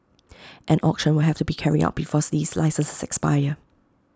an auction will have to be carried out before these licenses expire